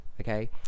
Okay